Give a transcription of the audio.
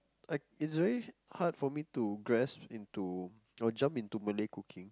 I it's very hard for me to grasp into or jump into Malay cooking